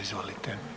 Izvolite.